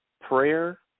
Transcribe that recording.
prayer